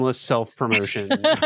self-promotion